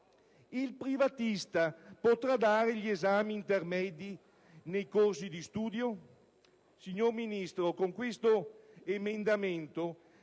Il privatista potrà dare gli esami intermedi nei corsi di studio? Signor Ministro, con questo emendamento